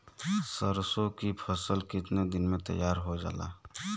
सरसों की फसल कितने दिन में तैयार हो जाला?